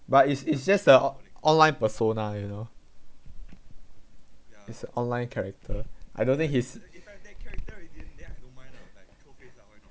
but it's it's just a online persona you know it's online character I don't think his